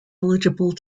eligible